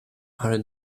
are